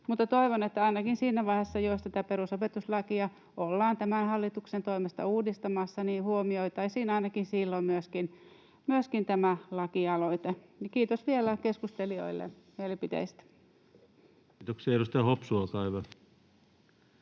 toivon, että ainakin siinä vaiheessa, jos tätä perusopetuslakia ollaan tämän hallituksen toimesta uudistamassa, huomioitaisiin myöskin tämä lakialoite. Ja kiitos vielä keskustelijoille mielipiteistä. Kiitoksia. — Edustaja Hopsu, olkaa hyvä.